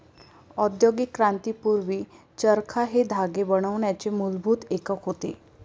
औद्योगिक क्रांती पूर्वी, चरखा हे धागे बनवण्याचे मूलभूत एकक होते